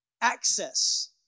access